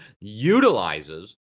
utilizes